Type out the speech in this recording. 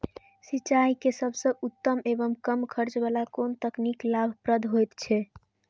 सिंचाई के सबसे उत्तम एवं कम खर्च वाला कोन तकनीक लाभप्रद होयत छै?